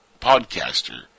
podcaster